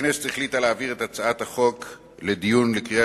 הכנסת החליטה להעביר את הצעת החוק לדיון לקראת קריאה